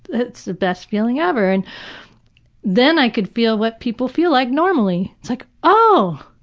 it's the best feeling ever and then i can feel what people feel like normally. it's like oh,